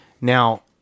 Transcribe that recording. Now